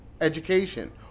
education